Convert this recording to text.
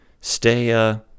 stay